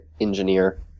engineer